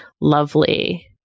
lovely